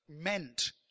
meant